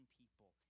people